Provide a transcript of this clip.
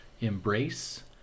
embrace